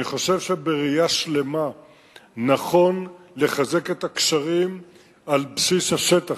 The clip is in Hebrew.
אני חושב שבראייה שלמה נכון לחזק את הקשרים על בסיס השטח,